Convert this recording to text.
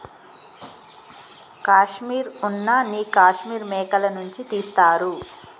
కాశ్మీర్ ఉన్న నీ కాశ్మీర్ మేకల నుంచి తీస్తారు